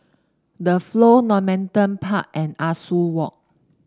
The Flow Normanton Park and Ah Soo Walk